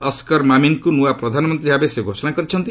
ଅସ୍କର ମାମିନ୍ଙ୍କୁ ନୂଆ ପ୍ରଧାନମନ୍ତ୍ରୀ ଭାବେ ସେ ଘୋଷଣା କରିଛନ୍ତି